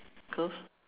close